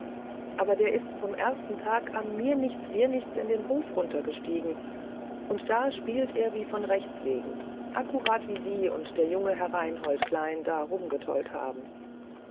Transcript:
aber der ist vom ersten tage an mir nichts dir nichts in den hof runtergestiegen und da spielt er wie von rechts wegen akkurat wie sie und der junge herr reinhold klein da rumgetollt haben